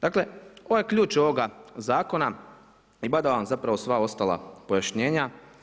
Dakle, ovo je ključ ovoga zakona i badava vam zapravo sva ostala pojašnjenja.